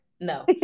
No